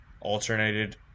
alternated